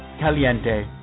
Caliente